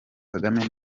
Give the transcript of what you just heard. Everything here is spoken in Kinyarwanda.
kagame